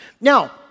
Now